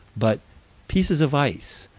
but pieces of ice,